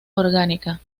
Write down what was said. orgánica